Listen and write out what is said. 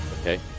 okay